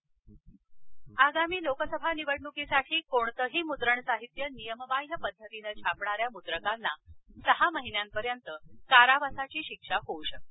शिक्षा आगामी लोकसभा निवडणुकीसाठी कोणतंही मुद्रणसाहित्य नियमबाद्य पद्धतीनं छापणाऱ्या मुद्रकांना सहा महिन्यांपर्यंत कारावासाची शिक्षा होऊ शकते